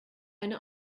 eine